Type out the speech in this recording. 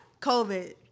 COVID